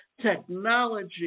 technology